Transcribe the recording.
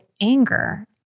anger